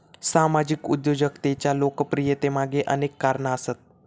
सामाजिक उद्योजकतेच्या लोकप्रियतेमागे अनेक कारणा आसत